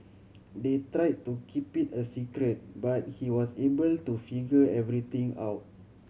they try to keep it a secret but he was able to figure everything out